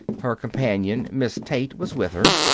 her companion, miss tate, was with her.